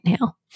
now